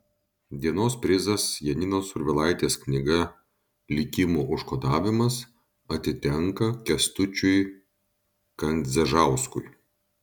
dienos prizas janinos survilaitės knyga likimo užkodavimas atitenka kęstučiui kandzežauskui